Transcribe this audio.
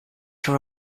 her